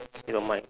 he don't mind